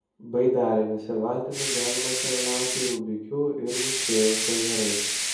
baidarėmis ir valtimis galima keliauti rubikių ir mūšėjaus ežerais